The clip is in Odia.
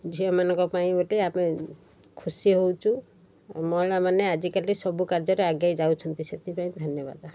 ଝିଅମାନଙ୍କ ପାଇଁ ଗୋଟେ ଆମେ ଖୁସି ହେଉଛୁ ମହିଳାମାନେ ଆଜିକାଲି ସବୁ କାର୍ଯ୍ୟରେ ଆଗେଇ ଯାଉଛନ୍ତି ସେଥିପାଇଁ ଧନ୍ୟବାଦ